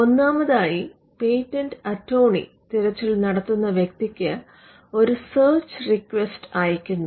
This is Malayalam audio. ഒന്നാമതായി പേറ്റന്റ് അറ്റോർണി തിരച്ചിൽ നടത്തുന്ന വ്യക്തിക്ക് ഒരു സെർച്ച് റിക്വസ്റ്റ് അയയ്ക്കുന്നു